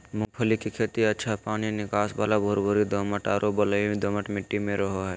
मूंगफली के खेती अच्छा पानी निकास वाला भुरभुरी दोमट आर बलुई दोमट मट्टी रहो हइ